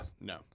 No